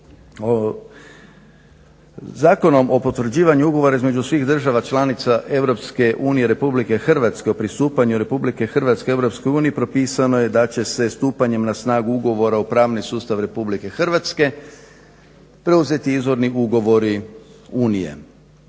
Zakonom o potvrđivanju ugovora između svih država članica EU i RH o pristupanju RH EU propisano je da će se stupanjem na snagu ugovora o pravnom sustavu RH preuzeti izvorni ugovori Unije.